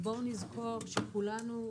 בואו נזכור שכולנו,